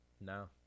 No